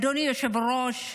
אדוני היושב בראש,